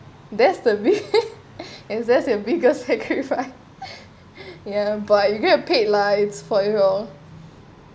that's the big~ is that's the biggest sacrifice ya but you get paid lah it's for your